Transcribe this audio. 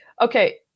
okay